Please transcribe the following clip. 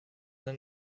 sein